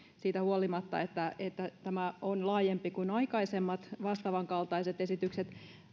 siitä huolimatta että että tämä on laajempi kuin aikaisemmat vastaavankaltaiset esitykset